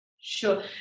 Sure